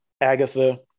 Agatha